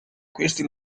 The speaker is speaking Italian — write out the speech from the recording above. questi